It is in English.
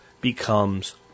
becomes